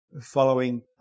following